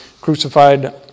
crucified